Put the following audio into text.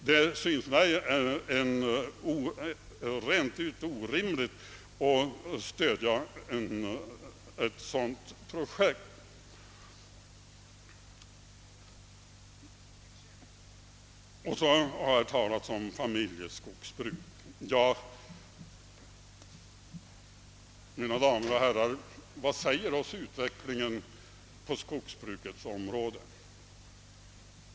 Det synes mig rent ut orimligt att stödja ett sådant projekt. Här har talats om familjeskogsbruket. Mina damer och herrar! Vad säger oss utvecklingen på skogsbrukets område?